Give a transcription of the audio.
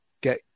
Get